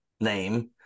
name